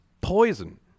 poison